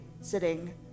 sitting